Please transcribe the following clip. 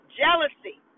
jealousy